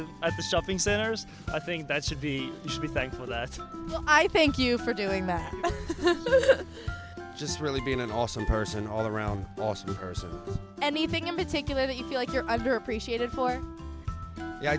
the at the stuffing centers i think that should be should be thankful that i think you for doing that but just really being an awesome person all around boston anything in particular that you feel like you're under appreciated for i